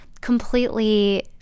completely